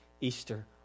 Easter